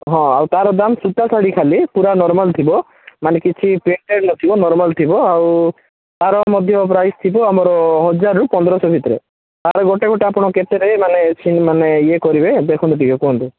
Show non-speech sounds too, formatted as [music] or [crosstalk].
ହଁ ଆଉ ତାର ଦାମ୍ ସୂତା ଶାଢ଼ୀ ଖାଲି ପୂରା ନର୍ମାଲ୍ ଥିବ ମାନେ କିଛି [unintelligible] ନଥିବ ନର୍ମାଲ୍ ଥିବା ଆଉ ତାର ମଧ୍ୟ ପ୍ରାଇସ୍ ଥିବ ଆମର ହଜାରରୁ ପନ୍ଦର ଶହ ଭିତରେ ତାର ଗୋଟେ ଗୋଟେ ଆପଣ କେତେ ନେବେ ମାନେ ମାନେ ଇଏ କରିବେ ଦେଖନ୍ତୁ ଟିକେ କୁହନ୍ତୁ